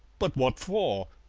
but what for?